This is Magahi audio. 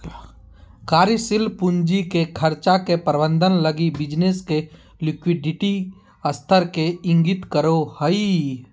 कार्यशील पूंजी के खर्चा के प्रबंधन लगी बिज़नेस के लिक्विडिटी स्तर के इंगित करो हइ